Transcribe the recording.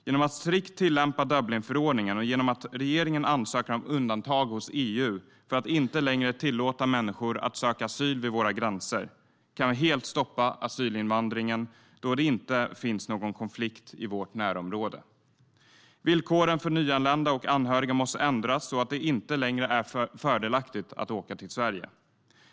Genom att strikt tillämpa Dublinförordningen och genom att regeringen ansöker om undantag hos EU för att inte längre tillåta människor att söka asyl vid våra gränser kan vi helt stoppa asylinvandringen då det inte finns någon konflikt i vårt närområde. Villkoren för nyanlända och anhöriga måste ändras så att det inte längre är fördelaktigt att åka till Sverige.